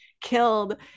killed